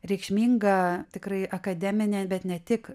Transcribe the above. reikšminga tikrai akademinė bet ne tik